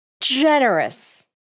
generous